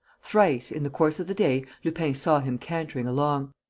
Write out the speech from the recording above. thrice, in the course of the day, lupin saw him cantering along.